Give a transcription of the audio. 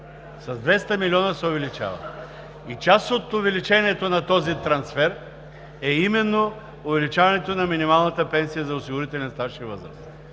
С 200 милиона се увеличава! И част от увеличението на този трансфер е именно увеличаването на минималната пенсия за осигурителен стаж и възраст.